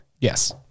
Yes